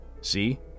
See